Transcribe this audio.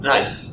Nice